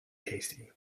tasty